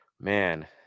Man